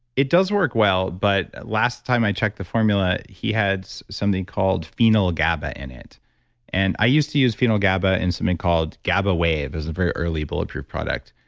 it does work well. but last time i checked the formula, he had something called phenyl-gaba in it and i used to use phenyl-gaba in something called gaba wave, as a very early bulletproof product.